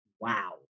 wow